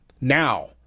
now